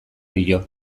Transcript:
dio